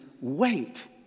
wait